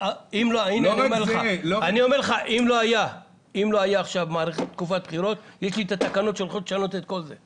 אם לא הייתה עכשיו תקופת בחירות יש לי תקנות שהולכות לשנות את כל זה,